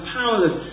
powerless